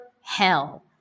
hell